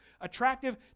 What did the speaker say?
attractive